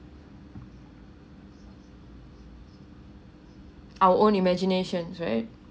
our own imaginations right